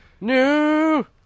No